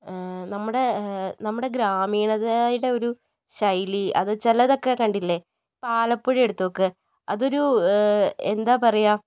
നമ്മുടെ നമ്മുടെ ഗ്രാമീണതയുടെ ഒരു ശൈലി അത് ചിലതൊക്കെ കണ്ടില്ലേ ഇപ്പോൾ ആലപ്പുഴ എടുത്തുനോക്ക് അതൊരു എന്താ പറയുക